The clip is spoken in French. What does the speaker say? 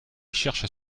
cherchent